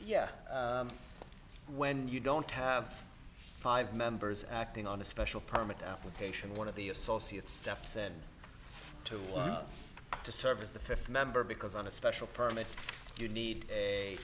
yeah when you don't have five members acting on a special permit application one of the associate steps and two to serve as the fifth member because on a special permit you need a